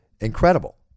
Incredible